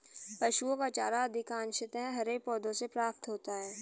पशुओं का चारा अधिकांशतः हरे पौधों से प्राप्त होता है